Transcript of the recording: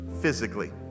physically